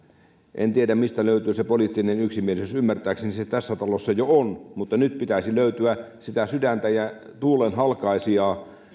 en tiedä mistä löytyy se poliittinen yksimielisyys ymmärtääkseni se tässä talossa jo on mutta nyt pitäisi löytyä sitä sydäntä ja tuulenhalkaisijaa